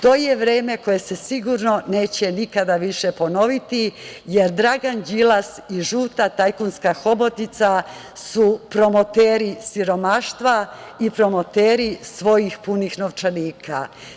To je vreme koje se sigurno neće nikada više ponoviti, jer Dragan Đilas i žuta tajkunska hobotnica su promoteri siromaštva i promoteri svojih punih novčanika.